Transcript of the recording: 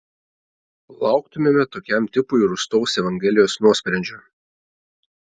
lauktumėme tokiam tipui rūstaus evangelijos nuosprendžio